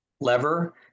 lever